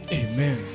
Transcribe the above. amen